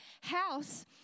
house